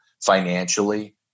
Financially